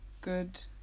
good